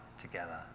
together